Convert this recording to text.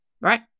right